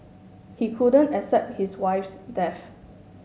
he couldn't accept his wife's death